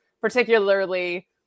particularly